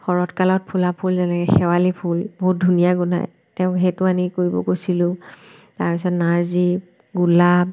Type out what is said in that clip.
শৰৎকালত ফুলা ফুল যেনেকৈ শেৱালি ফুল বহুত ধুনীয়া গোন্ধাই তেওঁক সেইটো আনি কৰিব কৈছিলোঁ তাৰপিছত নাৰ্জী গোলাপ